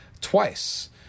twice